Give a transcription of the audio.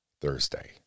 Thursday